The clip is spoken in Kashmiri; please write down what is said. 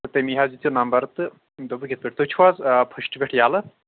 تٔمی حظ دیُٚت یہِ نمبر تہٕ دوٚپُکھ یِتھ پٲٹھۍ تُہۍ چھُ حظ فٕسٹہٕ پٮ۪ٹھ ییٚلہٕ